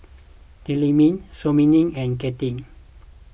Tillman Simona and Kinte